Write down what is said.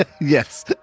Yes